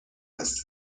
است